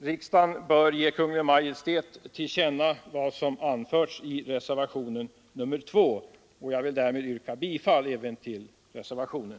Riksdagen bör ge Kungl. Maj:t till känna vad som anförts i reservationen 2, och jag yrkar, fru talman, bifall även till den.